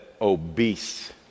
obese